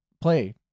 play